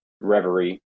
Reverie